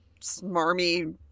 smarmy